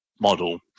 model